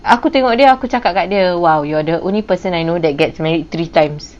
aku tengok dia aku cakap kat dia !wow! you're the only person I know that gets married three times